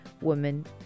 women